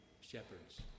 shepherds